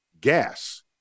Gas